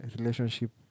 Relationship